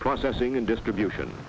processing and distribution